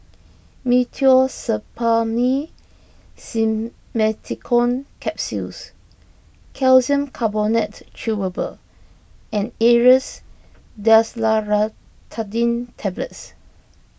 Meteospasmyl Simeticone Capsules Calcium Carbonate Chewable and Aerius Desloratadine Tablets